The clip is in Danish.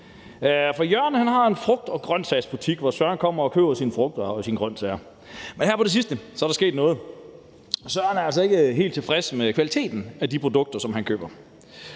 Jørgen har en frugt- og grønsagsbutik, hvor Søren kommer og køber sine frugter og grønsager, men her på det sidste er der sket noget. Søren er altså ikke helt tilfreds med kvaliteten af de produkter, han køber,